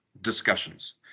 discussions